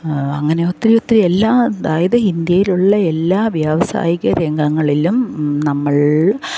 അങ്ങനെ ഒത്തിരിയൊത്തിരി എല്ലാം അതായത് ഇന്ത്യയിലുള്ള എല്ലാ വ്യവസായിക രംഗങ്ങളിലും നമ്മൾ